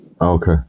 Okay